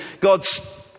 God's